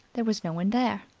there was no one there,